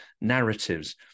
narratives